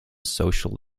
social